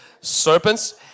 serpents